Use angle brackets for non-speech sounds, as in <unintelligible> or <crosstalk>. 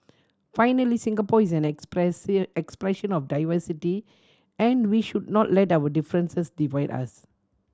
finally Singapore is an <unintelligible> expression of diversity and we should not let our differences divide us